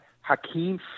Hakeem